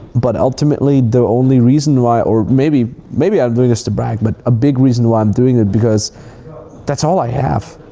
but ultimately, the only reason why, or maybe maybe i'm doing this to brag, but a big reason why i'm doing it because that's all i have,